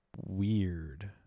weird